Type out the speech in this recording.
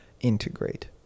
integrate